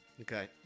okay